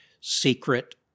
secret